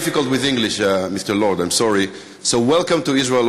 welcome to Israel,